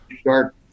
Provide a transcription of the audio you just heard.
start